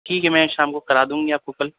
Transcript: ٹھیک میں شام کو کرا دوںگی آپ کو کل